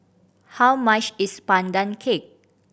how much is Pandan Cake